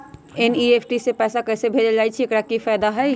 NEFT से पैसा कैसे भेजल जाइछइ? एकर की फायदा हई?